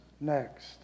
next